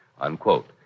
Unquote